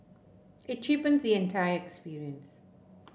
it cheapen the entire experience